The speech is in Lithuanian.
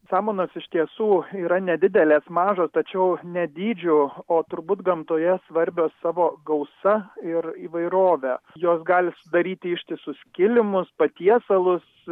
samanos iš tiesų yra nedidelės mažos tačiau ne dydžiu o turbūt gamtoje svarbios savo gausa ir įvairove jos gali sudaryti ištisus kilimus patiesalus